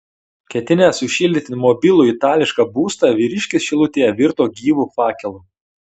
ketinęs sušildyti mobilų itališką būstą vyriškis šilutėje virto gyvu fakelu